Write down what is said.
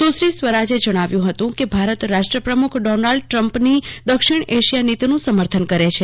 સુશ્રી સ્વરાજે જણાવ્યું હતું કેભારત રાષ્ટ્રપ્રમુખ ડોનાલ્ડ ટ્રમ્પની દક્ષિણ એશિયા નિતીનું સમર્થન કરે છે